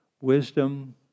wisdom